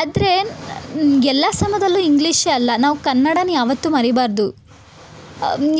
ಆದರೆ ಎಲ್ಲ ಸಮಯದಲ್ಲೂ ಇಂಗ್ಲಿಷೇ ಅಲ್ಲ ನಾವು ಕನ್ನಡನ್ನ ಯಾವತ್ತೂ ಮರಿಬಾರದು